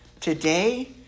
today